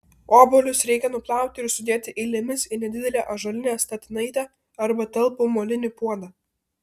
obuolius reikia nuplauti ir sudėti eilėmis į nedidelę ąžuolinę statinaitę arba talpų molinį puodą